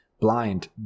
blind